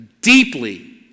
deeply